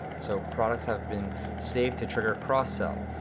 so products have been saved to trigger cross-sell.